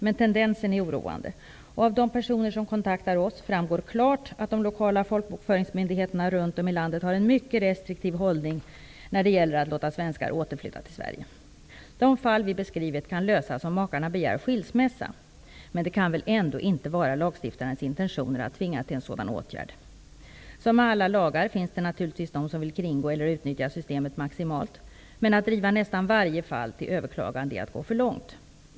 Men tendensen är oroande och av de personer som kontaktar oss framgår klart att de lokala folkbokföringsmyndigheterna runt om i landet har en mycket restriktiv hållning när det gäller att låta svenskar återflytta till Sverige. De fall som vi beskrivit kan lösas om makarna begär skilsmässa. Men det kan väl ändå inte vara lagstiftarens intentioner att tvinga till en sådan åtgärd? Som med alla lagar finns det naturligtvis de som vill kringgå eller utnyttja systemet maximalt. Men att driva nästan varje fall till överklagande är att gå för långt!